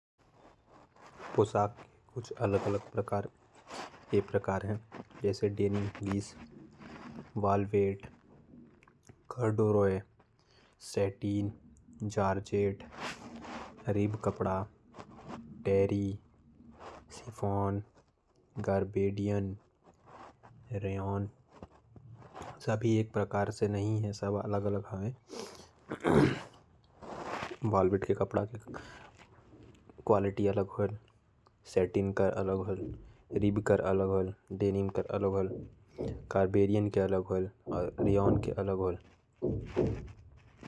पोशाक के कुछ अलग अलग प्रकार ये प्रकार है। जैसे denim, polyester, kosa, cotton, georgette, rayon, nylon, velvet. सभी के अलग अलग प्रकार होयल और अलग अलग काम में इस्तेमाल आयल।